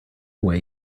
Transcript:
way